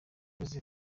uretse